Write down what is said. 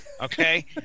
Okay